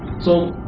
so